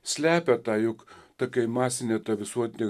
slepia tą juk tokia masinė ta visuotinė